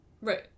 right